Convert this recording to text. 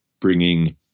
bringing